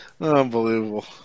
Unbelievable